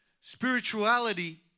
Spirituality